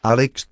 Alex